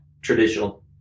traditional